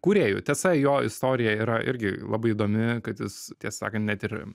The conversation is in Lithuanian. kūrėjų tiesa jo istorija yra irgi labai įdomi kad jis tiesą sakant net ir